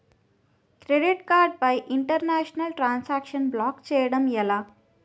Credit card పై international transaction block చేయటం ఎలా?